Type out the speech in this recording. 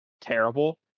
terrible